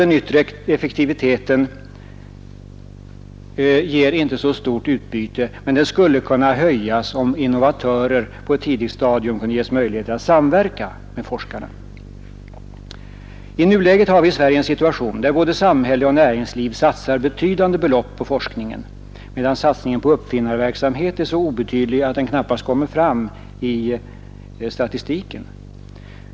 Den yttre effektiviteten ger inte heller så stort utbyte, men den skulle kunna höjas om innovatörer på ett tidigt stadium kunde ges möjligheter att samverka med forskarna. I nuläget har vi i Sverige en situation där både samhälle och näringsliv satsar betydande belopp på forskningen, medan satsningen på uppfinnarverksamhet är så obetydlig att den knappast kommer fram i statistiken.